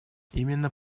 именно